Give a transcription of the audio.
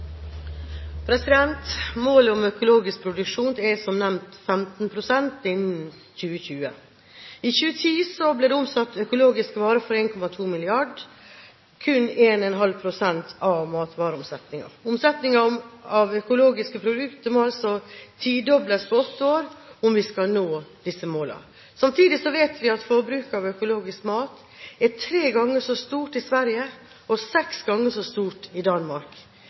som nevnt 15 pst. innen 2020. I 2010 ble det omsatt økologiske varer for 1,2 mrd. kr, kun 1,5 pst. av matvareomsetningen. Omsetningen av økologiske produkter må altså tidobles på åtte år om vi skal nå disse målene. Samtidig vet vi at forbruket av økologisk mat er tre ganger så stort i Sverige og seks ganger så stort i Danmark.